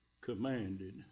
Commanded